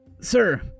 Sir